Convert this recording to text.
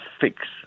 fix